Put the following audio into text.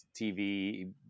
TV